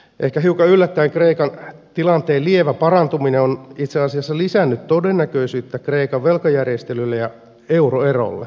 ehkä hiukan yllättäennen kristusta ikan tilanteen lievä parantuminen on itse asiassa lisännyt todennäköisyyttä kreikan velkajärjestelylle ja euroerolle